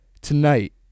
Tonight